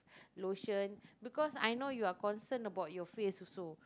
lotion because I know you're concern about your face also